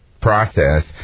process